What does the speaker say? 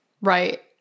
Right